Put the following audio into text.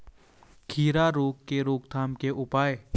खीरा रोग के रोकथाम के उपाय?